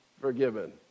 forgiven